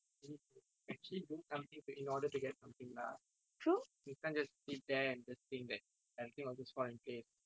we can't just sit there and just think that everything will just fall in place